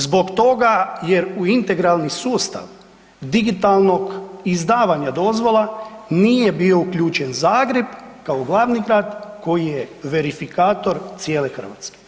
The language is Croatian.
Zbog toga jer u integralni sustav digitalnog izdavanja dozvola, nije bio uključen Zagreb kao glavni grad koji je verifikator cijele Hrvatske.